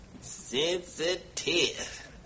Sensitive